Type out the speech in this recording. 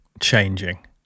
changing